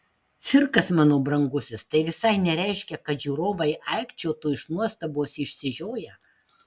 cirkas mano brangusis tai visai nereiškia kad žiūrovai aikčiotų iš nuostabos išsižioję